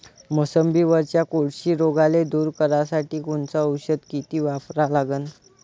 मोसंबीवरच्या कोळशी रोगाले दूर करासाठी कोनचं औषध किती वापरा लागन?